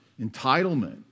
entitlement